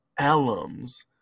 alums